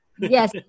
Yes